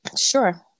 Sure